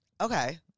Okay